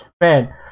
man